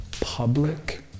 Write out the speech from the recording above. public